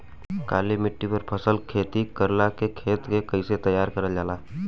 काली मिट्टी पर फसल खेती करेला खेत के कइसे तैयार करल जाला?